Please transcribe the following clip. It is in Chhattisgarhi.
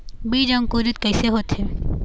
बीज अंकुरित कैसे होथे?